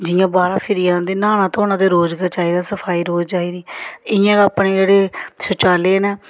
जि'यां बाह्रा फिरी औंदी न्हाना धोना ते रोज गै चाहिदा सफाई रोज चाहिदी इ'यां गै अपने जेह्ड़े शौचालय न